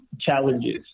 challenges